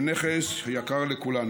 שהם נכס יקר לכולנו.